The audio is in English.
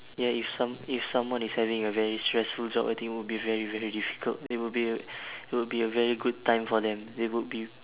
ya if some~ if someone is having a very stressful job I think would be very very difficult they would be a it would be a very good time for them they would be